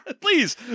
Please